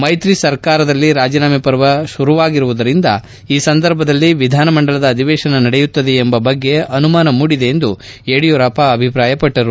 ಮೈತ್ರಿ ಸರ್ಕಾರದಲ್ಲಿ ರಾಜೀನಾಮೆ ಪರ್ವ ಶುರುವಾಗಿರುವುದರಿಂದ ಈ ಸಂದರ್ಭದಲ್ಲಿ ವಿಧಾನಮಂಡಲ ಅಧಿವೇತನ ನಡೆಯುತ್ತದೆಯೇ ಎಂಬ ಬಗ್ಗೆ ಅನುಮಾನ ಮೂಡಿದೆ ಎಂದು ಯಡಿಯೂರಪ್ಪ ಹೇಳಿದರು